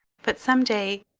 but some day.